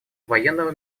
военного